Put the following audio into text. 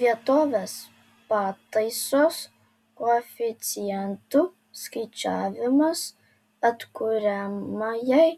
vietovės pataisos koeficientų skaičiavimas atkuriamajai